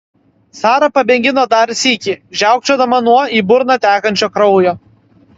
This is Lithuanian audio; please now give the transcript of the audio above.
sara pamėgino dar sykį žiaukčiodama nuo į burną tekančio kraujo